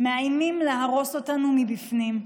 מאיימים להרוס אותנו מבפנים.